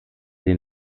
den